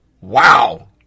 Wow